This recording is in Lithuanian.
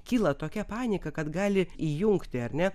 kyla tokia panika kad gali įjungti ar ne